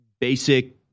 basic